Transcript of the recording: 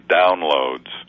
downloads